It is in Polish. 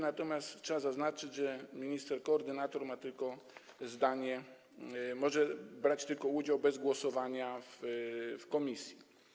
Natomiast trzeba zaznaczyć, że minister koordynator ma tylko zdanie... może tylko brać udział, bez głosowania, w komisji.